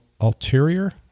ulterior